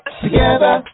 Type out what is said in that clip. together